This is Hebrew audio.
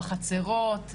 בחצרות,